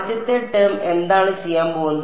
ആദ്യത്തെ ടേം എന്താണ് ചെയ്യാൻ പോകുന്നത്